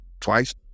twice